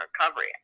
recovery